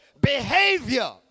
behavior